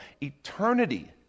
Eternity